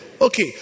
Okay